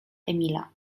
emila